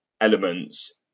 elements